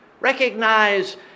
recognize